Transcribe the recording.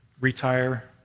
Retire